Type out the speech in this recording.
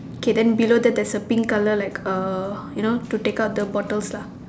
K then below that there's a pink colour like a you know to take out the bottles lah